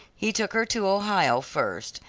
he took her to ohio first,